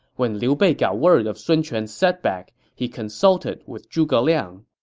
when liu bei got word of sun quan's setback, he consulted with zhuge liang